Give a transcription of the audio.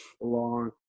long